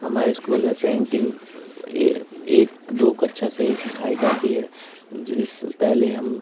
हमारे स्कूल में पेन्टिन्ग यह एक दो कक्षा से ही सिखाई जाती है जिसे पहले हम